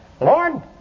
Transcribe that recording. Lord